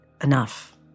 enough